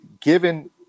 given